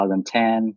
2010